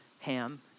Ham